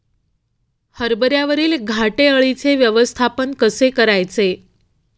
हरभऱ्यावरील घाटे अळीचे व्यवस्थापन कसे करायचे?